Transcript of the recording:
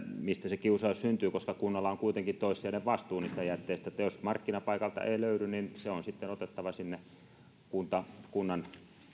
mistä se kiusaus syntyy koska kunnalla on kuitenkin toissijainen vastuu niistä jätteistä eli jos markkinapaikalta ei löydy niin se on sitten otettava kunnan